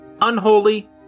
unholy